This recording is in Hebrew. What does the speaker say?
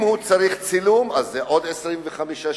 אם הוא צריך צילום, זה עוד 25 שקלים.